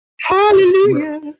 Hallelujah